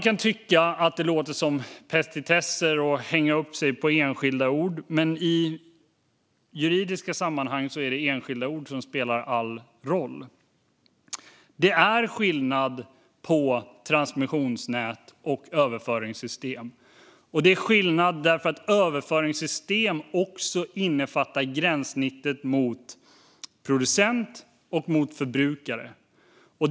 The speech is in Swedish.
Det kan låta som petitesser när man hänger upp sig på enskilda ord, men i juridiska sammanhang är det enskilda ord som spelar all roll. Det är skillnad på transmissionsnät och överföringssystem. Ett överföringssystem innefattar också gränssnittet mot producent och mot förbrukare.